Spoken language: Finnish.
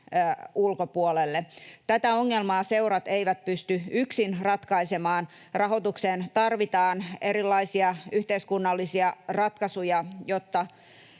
ulkopuolelle. Tätä ongelmaa seurat eivät pysty yksin ratkaisemaan. Rahoitukseen tarvitaan erilaisia yhteiskunnallisia ratkaisuja, jotka